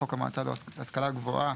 "חוק המועצה להשכלה גבוהה"